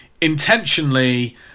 intentionally